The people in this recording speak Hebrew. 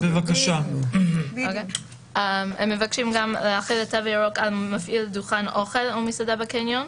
התיקון הבא הוא בקשה להחיל תו ירוק על מפעיל דוכן אוכל או מסעדה בקניון,